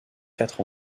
quatre